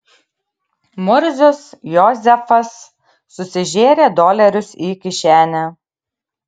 murzius jozefas susižėrė dolerius į kišenę